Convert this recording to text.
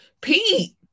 Pete